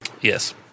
Yes